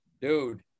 dude